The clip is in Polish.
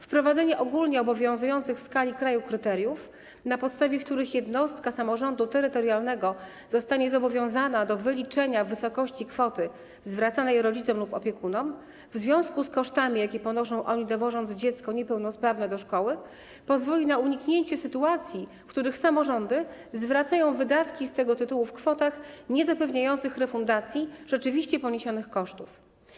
Wprowadzenie ogólnie obowiązujących w skali kraju kryteriów, na podstawie których jednostka samorządu terytorialnego zostanie zobowiązana do wyliczenia wysokości kwoty zwracanej rodzicom lub opiekunom w związku z kosztami, jakie ponoszą, dowożąc niepełnosprawne dziecko do szkoły, pozwoli na uniknięcie sytuacji, w których samorządy zwracają wydatki z tego tytułu w kwotach niezapewniających refundacji rzeczywiście poniesionych kosztów.